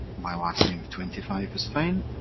my lastname of twenty five is fine,